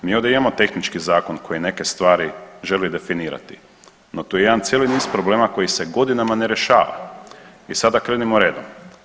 Mi ovdje imamo tehnički zakon koji neke stvari želi definirati, no tu je jedan cijeli niz problema koji se godinama ne rješava i sada krenimo redom.